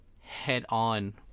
head-on